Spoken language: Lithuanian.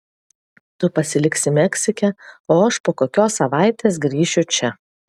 tu pasiliksi meksike o aš po kokios savaitės grįšiu čia